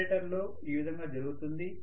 జనరేటర్లో ఈ విధంగా జరుగుతుంది